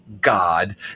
God